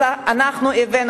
אנחנו הבאנו,